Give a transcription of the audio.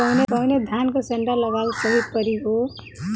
कवने धान क संन्डा लगावल सही परी हो?